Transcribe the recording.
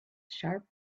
sharp